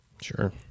Sure